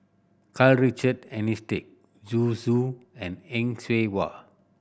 Karl Richard Hanitsch Zhu Xu and Heng Cheng Hwa